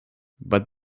but